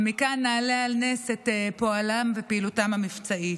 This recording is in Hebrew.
ומכאן נעלה על נס את פועלם ואת פעילותם המבצעית.